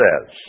says